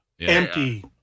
Empty